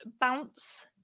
bounce